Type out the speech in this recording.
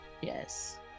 Yes